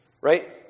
right